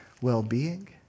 well-being